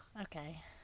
okay